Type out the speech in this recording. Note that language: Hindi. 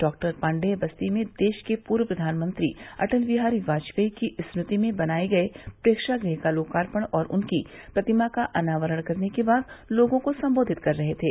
डॉक्टर पाण्डेय बस्ती में देश के पूर्व प्रधानमंत्री अटल बिहारी वाजपेयी की स्मृति में बनाये गये प्रेक्षागृह का लोकार्पण और उनकी प्रतिमा का अनावरण करने के बाद लोगों को सम्बोधित कर रहे थे